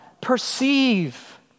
perceive